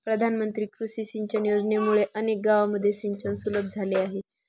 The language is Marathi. प्रधानमंत्री कृषी सिंचन योजनेमुळे अनेक गावांमध्ये सिंचन सुलभ झाले आहे